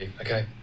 Okay